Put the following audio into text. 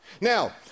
Now